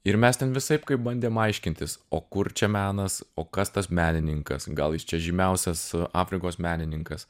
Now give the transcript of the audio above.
ir mes ten visaip kaip bandėm aiškintis o kur čia menas o kas tas menininkas gal jis čia žymiausias afrikos menininkas